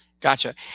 Gotcha